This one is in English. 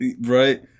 right